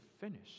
finish